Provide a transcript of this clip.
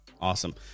Awesome